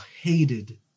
hated